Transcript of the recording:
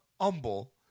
Humble